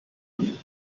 این